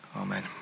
amen